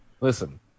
Listen